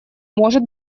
может